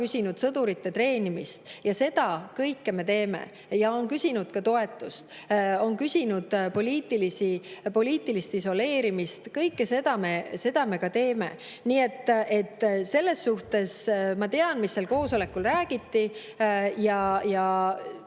küsinud sõdurite treenimist, ja seda kõike me teeme. Ja nad on küsinud ka toetust, on küsinud [Venemaa] poliitilist isoleerimist. Kõike seda me ka teeme. Nii et selles suhtes ma tean, mis seal koosolekul räägiti.